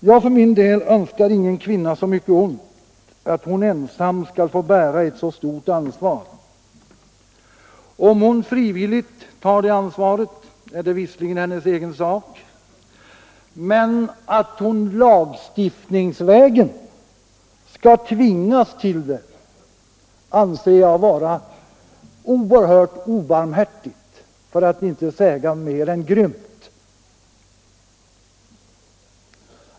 Jag för min del önskar ingen kvinna så ont att hon ensam skall få bära ett så stort ansvar. Om hon frivilligt tar det ansvaret är det hennes egen sak, men att hon lagstiftningsvägen skall tvingas till det anser jag vara oerhört obarmhärtigt, för att inte säga mer än grymt.